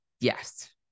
yes